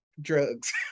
drugs